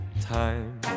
Time